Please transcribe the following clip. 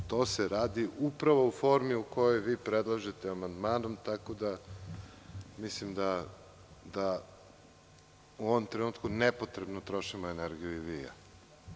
To se radi upravo u formi u kojoj vi predlažete amandmanom, pa mislim da u ovom trenutku nepotrebno trošimo energiju vi i ja.